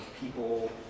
people